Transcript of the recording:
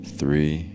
three